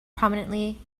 prominently